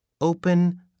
Open